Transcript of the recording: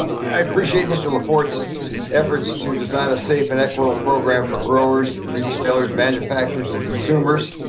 i appreciate mr. laforte's efforts to design a safe and equitable program for growers and retailers, manufacturers and consumers.